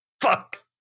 Fuck